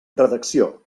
redacció